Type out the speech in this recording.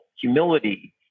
humility